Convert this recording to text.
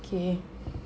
okay